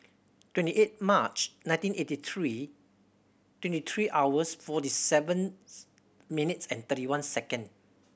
twenty eight March nineteen eighty three twenty three hours forty seventh minutes and thirty one second